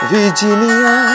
Virginia